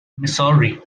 missouri